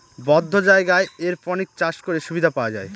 বদ্ধ জায়গায় এরপনিক্স চাষ করে সুবিধা পাওয়া যায়